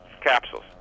Capsules